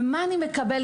ומה אני מקבלת?